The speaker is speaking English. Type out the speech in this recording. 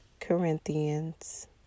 Corinthians